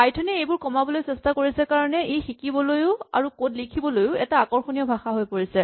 Python এ এইবোৰ কমাবলৈ চেষ্টা কৰিছে যাৰ কাৰণে ই শিকিবলৈয়ো আৰু কড লিখিবলৈয়ো এটা আৰ্কষণীয় ভাষা হৈ পৰিছে